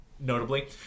notably